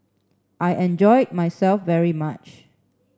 I enjoyed myself very much